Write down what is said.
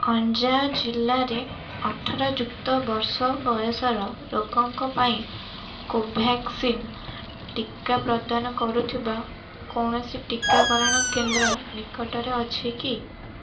ଅଞ୍ଜାଅ ଜିଲ୍ଲାରେ ଅଠର ଯୁକ୍ତ ବର୍ଷ ବୟସର ଲୋକଙ୍କ ପାଇଁ କୋଭ୍ୟାକ୍ସିନ୍ ଟିକା ପ୍ରଦାନ କରୁଥିବା କୌଣସି ଟିକାକରଣ କେନ୍ଦ୍ର ନିକଟରେ ଅଛି କି